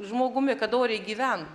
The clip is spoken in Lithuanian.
žmogumi kad oriai gyven